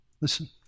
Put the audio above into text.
Listen